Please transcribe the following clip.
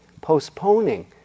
postponing